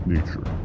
Nature